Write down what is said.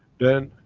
then,